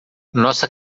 nossa